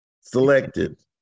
selected